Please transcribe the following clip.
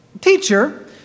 Teacher